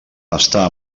està